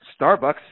Starbucks